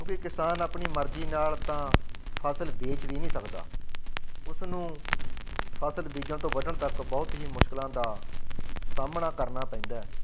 ਕਿਉਂਕਿ ਕਿਸਾਨ ਆਪਣੀ ਮਰਜ਼ੀ ਨਾਲ ਤਾਂ ਫਸਲ ਵੇਚ ਵੀ ਨਹੀਂ ਸਕਦਾ ਉਸਨੂੰ ਫਸਲ ਬੀਜਣ ਤੋਂ ਵੱਢਣ ਤੱਕ ਬਹੁਤ ਹੀ ਮੁਸ਼ਕਿਲਾਂ ਦਾ ਸਾਹਮਣਾ ਕਰਨਾ ਪੈਂਦਾ